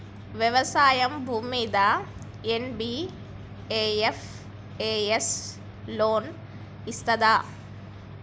వ్యవసాయం భూమ్మీద NBFS loan ఇస్తదా?